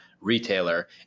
retailer